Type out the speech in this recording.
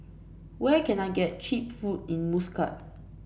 where can I get cheap food in Muscat